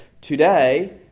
today